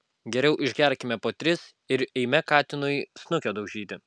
geriau išgerkime po tris ir eime katinui snukio daužyti